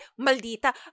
maldita